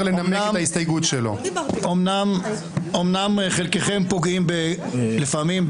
אומנם חלקכם פוגעים לפעמים,